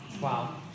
Wow